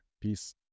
Peace